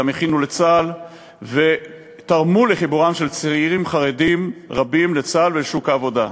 גם הכינו לצה"ל ותרמו לחיבורם של צעירים חרדים רבים לצה"ל ולשוק העבודה.